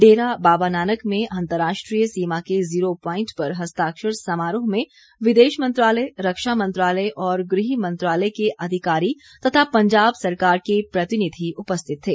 डेरा बाबा नानक में अंतर्राष्ट्रीय सीमा के जीरो प्वाइंट पर हस्ताक्षर समारोह में विदेश मंत्रालय रक्षा मंत्रालय और गृह मंत्रालय के अधिकारी तथा पंजाब सरकार के प्रतिनिधि उपस्थित थे